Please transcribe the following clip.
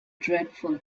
dreadful